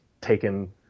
taken